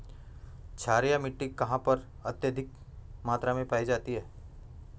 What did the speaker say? क्षारीय मिट्टी कहां पर अत्यधिक मात्रा में पाई जाती है?